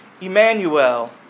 Emmanuel